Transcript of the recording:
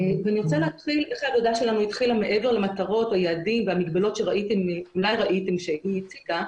אני רוצה להתחיל מעבר למטרות או יעדים והמגבלות שאולי ראיתם שטלי הציגה.